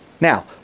Now